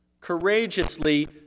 courageously